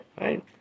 Right